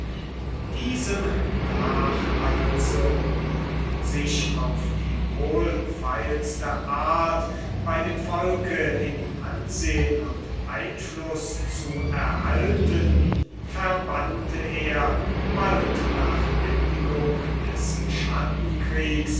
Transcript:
gewährte diesemnach also und um sich auf die wohlfeilste art bei dem volke im ansehen und einfluß zu erhalten verbannte er bald nach endigung des